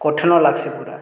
କଠିନ ଲାଗ୍ସି ପୁରା